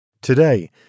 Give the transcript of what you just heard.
Today